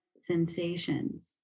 sensations